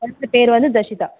குழந்தை பேர் வந்து தர்ஷிதா